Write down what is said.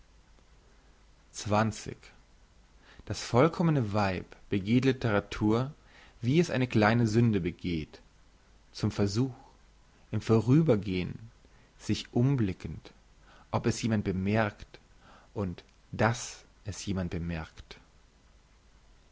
das vollkommene weib begeht litteratur wie es eine kleine sünde begeht zum versuch im vorübergehn sich umblickend ob es jemand bemerkt und dass es jemand bemerkt